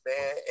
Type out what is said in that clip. man